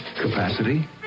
Capacity